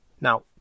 Now